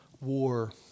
war